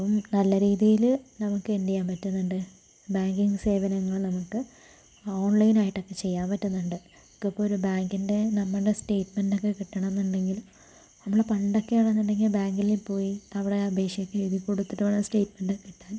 അപ്പം നല്ല രീതിയില് നമുക്കെന്ത് ചെയ്യാൻ പറ്റുന്നുണ്ട് ബാങ്കിംഗ് സേവനങ്ങൾ നമുക്ക് ഓൺലൈൻ ആയിട്ടൊക്കെ ചെയ്യാൻ പറ്റുന്നുണ്ട് നമുക്ക് ഇപ്പം ഒരു ബാങ്കിൻ്റെ നമ്മുടെ സ്റ്റേറ്റ്മെൻ്റൊക്കെ കിട്ടണം എന്നുണ്ടെങ്കിൽ നമ്മള് പണ്ടൊക്കെയാണെന്നുണ്ടെങ്കിൽ ബാങ്കില് പോയി അവിടെ അപേക്ഷയൊക്കെ എഴുതി കൊടുത്തിട്ട് വേണം സ്റ്റേറ്റ്മെൻ്റ് കിട്ടാൻ